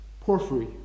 Porphyry